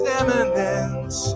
eminence